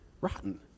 rotten